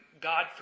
God